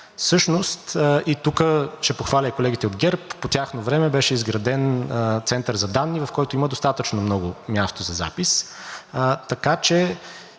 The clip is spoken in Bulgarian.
Всъщност, и тук ще похваля и колегите от ГЕРБ – по тяхно време беше изграден център за данни, в който има достатъчно много място за запис, така че